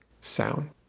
sound